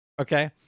Okay